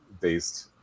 based